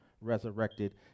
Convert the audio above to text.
resurrected